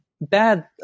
bad